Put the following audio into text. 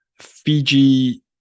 Fiji